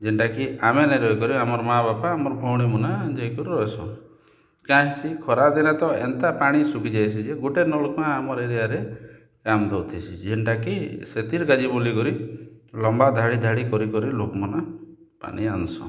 ଯେନ୍ଟା କି ଆମେ ନାଇକରି କରି ଆମର୍ ମାଆ ବାପା ଆମର୍ ଭଉଣୀମାନେ ଏନ୍ତି କରି ରହେସୁଁ କାଏଁ ହେସି ଖରା ଦିନେ ତ ଏନ୍ତା ପାଣି ଶୁଖି ଯାଏସି ଯେ ଗୁଟେ ନଲ୍କୂଆଁ ଆମର୍ ଏରିଆରେ କାମ୍ ଦେଉଥିସି ଯେନ୍ଟା କି ସେଥିର୍ ଲାଗି ବୋଲିକରି ଲମ୍ବା ଧାଡ଼ି ଧାଡ଼ି କରି କରି ଲୋକ୍ମାନେ ପାଣି ଆଣସନ୍